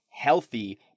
healthy